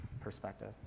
perspective